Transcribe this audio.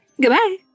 Goodbye